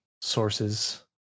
sources